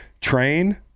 Train